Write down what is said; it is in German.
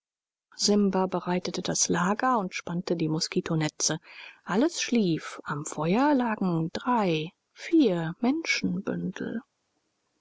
simba bereitete das lager und spannte die moskitonetze alles schlief am feuer lagen drei vier